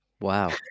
wow